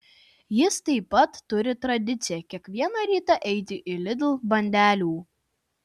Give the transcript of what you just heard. jis taip pat turi tradiciją kiekvieną rytą eiti į lidl bandelių